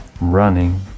running